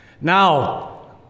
Now